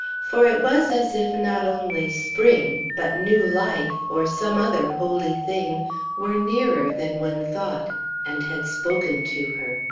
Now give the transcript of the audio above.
for it was as if not only spring, but new life, or some other holy thing were nearer than one thought and had spoken to her,